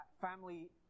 family